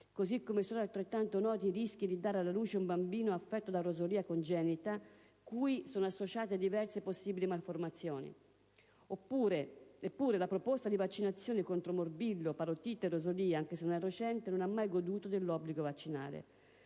così come sono altrettanto noti i rischi di dare alla luce un bambino affetto da rosolia congenita, cui sono associate diverse possibili malformazioni. Eppure, la proposta di vaccinazione contro morbillo, parotite e rosolia, anche se non è recente, non ha mai goduto dell'obbligo vaccinale.